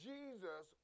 Jesus